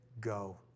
go